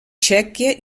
txèquia